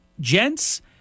gents